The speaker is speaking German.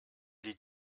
die